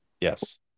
yes